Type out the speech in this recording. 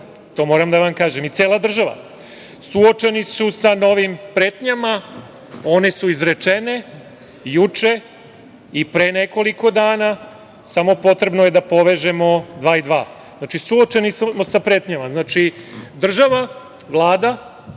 to moram da vam kažem, i cela država suočeni su sa novim pretnjama. One su izrečene juče i pre nekoliko dana, samo je potrebno da povežemo dva i dva. Znači, suočeni smo sa pretnjama, država, Vlada